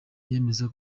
yemeza